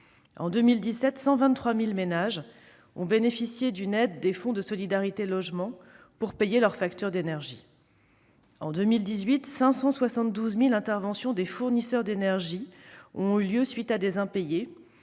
En 2017, 123 000 ménages ont bénéficié d'une aide des fonds de solidarité pour le logement pour payer leurs factures d'énergie. En 2018, 572 000 interventions des fournisseurs d'énergie ont eu lieu à la suite d'impayés,